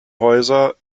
häuser